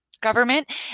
government